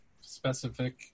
specific